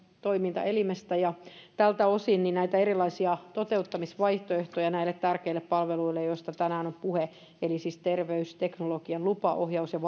toimintaelimestä tältä osin näitä erilaisia toteuttamisvaihtoehtoja näille tärkeille palveluille joista tänään on puhe eli siis terveysteknologian lupa ohjaus ja